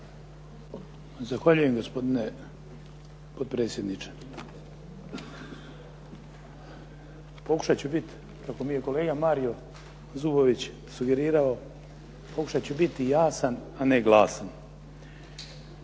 Zahvaljujem gospodine potpredsjedniče. Pokušat ću biti, kako mi je kolega Mario Zubović sugerirao, pokušat ću biti jasan, a ne glasan.